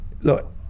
look